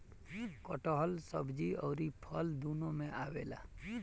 कटहल सब्जी अउरी फल दूनो में आवेला